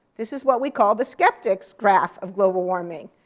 this is what we call the skeptic's graph of global warming.